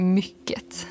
mycket